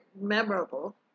memorable